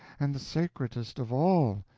and the sacredest of all,